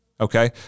Okay